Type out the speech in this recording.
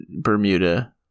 Bermuda